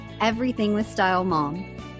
EverythingWithStyleMom